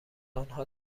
آنها